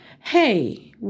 hey